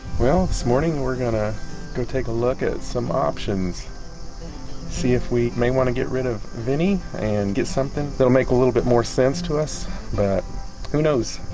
well this morning we're gonna go take a look at some options see if we may want to get rid of vinny and get something that will make a little bit more sense to us but who knows?